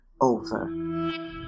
over